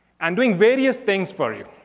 and doing various things for you.